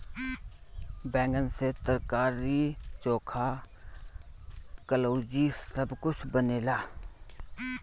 बैगन से तरकारी, चोखा, कलउजी सब कुछ बनेला